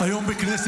אני לא צריך